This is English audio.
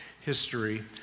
history